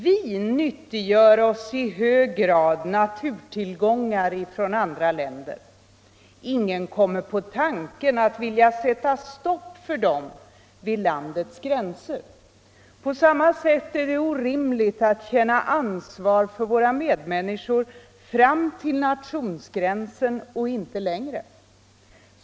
Vi nyttiggör oss i hög grad naturtillgångar från andra länder. Ingen kommer på tanken att sätta stopp för dem vid landets gränser. På många sätt är det orimligt att känna ansvar för våra medmänniskor fram till nationsgränsen och inte längre.